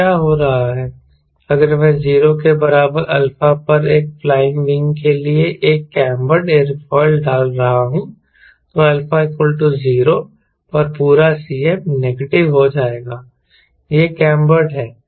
तो क्या हो रहा है अगर मैं 0 के बराबर अल्फा पर एक फ्लाइंग विंग के लिए एक कैंबर्ड एयरफॉयल डाल रहा हूं तो α 0 पर पूरा Cm नेगेटिव हो जाएगा यह कैंबर्ड है